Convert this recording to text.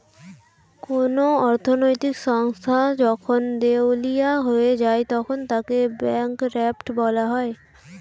কোন অর্থনৈতিক সংস্থা যখন দেউলিয়া হয়ে যায় তখন তাকে ব্যাঙ্করাপ্ট বলা হয়